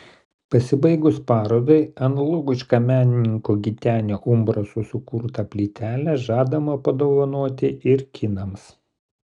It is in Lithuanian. pasibaigus parodai analogišką menininko gitenio umbraso sukurtą plytelę žadama padovanoti ir kinams